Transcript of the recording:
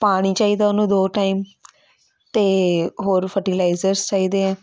ਪਾਣੀ ਚਾਹੀਦਾ ਉਹਨੂੰ ਦੋ ਟਾਈਮ ਅਤੇ ਹੋਰ ਫਟੀਲਾਈਜ਼ਰਜ਼ ਚਾਹੀਦੇ ਆ ਅਤੇ